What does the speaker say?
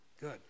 Good